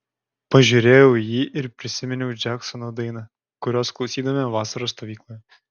pažiūrėjau į jį ir prisiminiau džeksono dainą kurios klausydavome vasaros stovykloje